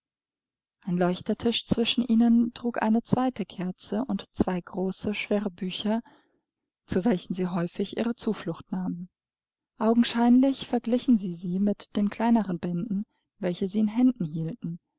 ein leuchtertisch zwischen ihnen trug eine zweite kerze und zwei große schwere bücher zu welchen sie häufig ihre zuflucht nahmen augenscheinlich verglichen sie sie mit den kleineren bänden welche sie in händen hielten